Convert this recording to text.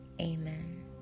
amen